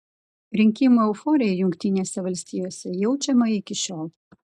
rinkimų euforija jungtinėse valstijose jaučiama iki šiol